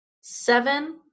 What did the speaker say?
seven